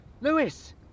Lewis